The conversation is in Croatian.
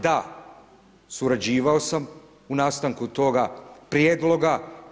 Da, surađivao sam u nastanku toga prijedloga.